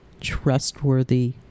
trustworthy